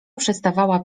przestawała